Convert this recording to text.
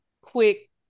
quick